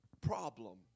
problem